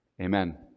Amen